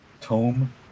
tome